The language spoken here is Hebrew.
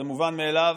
זה מובן מאליו